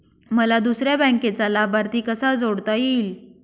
मला दुसऱ्या बँकेचा लाभार्थी कसा जोडता येईल?